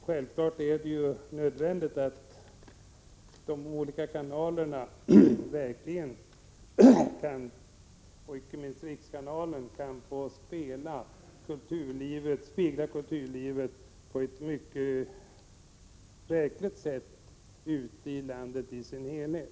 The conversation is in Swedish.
Självfallet är det dock nödvändigt att de olika kanalerna, icke minst rikskanalen, får goda möjligheter att spegla kulturlivet ute i landet i dess helhet.